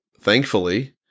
thankfully